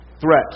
Threat